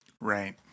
Right